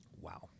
Wow